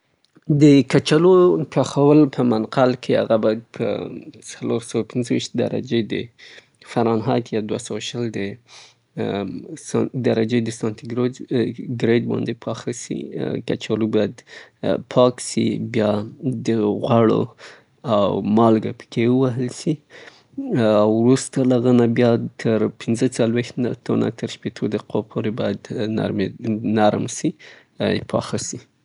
د کچالو پخولو د پاره په منقل کې البته هغه باید ، کچالو باید غوړ سي، څو سوري پکې جوړ سي او مالګه پکې ووهل سي، بیا وروسته د هغه نه د پنځه څلویښت دقیقو نه تر یو ساعت یا شپیتو دقیقو پورې په مایکرویو یا منقل کې کیښودل سي تر څو نرم سي.